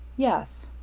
yes.